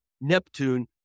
Neptune